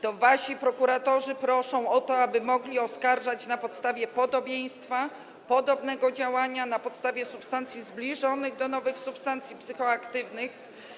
To wasi prokuratorzy proszą o to, aby mogli oskarżać na podstawie podobieństwa, podobnego działania, na podstawie substancji zbliżonych do nowych substancji psychoaktywnych.